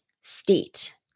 state